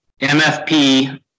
MFP